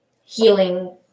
healing